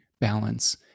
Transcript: balance